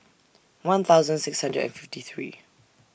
one thousand six hundred and fifty three